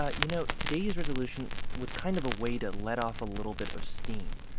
ah you know, today's resolution was kind of a way to let off a little bit of steam,